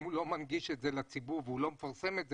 אם הוא לא מנגיש את זה לציבור והוא לא מפרסם את זה,